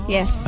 Yes